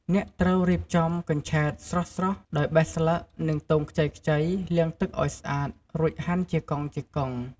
អ្នកត្រូវរៀបចំ កញ្ឆែត ស្រស់ៗ ដោយបេះស្លឹក និងទងខ្ចីៗ លាងទឹកឲ្យស្អាត រួចហាន់ជាកង់ៗ។